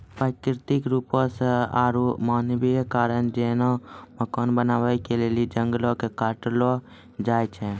प्राकृतिक रुपो से आरु मानवीय कारण जेना मकान बनाबै के लेली जंगलो के काटलो जाय छै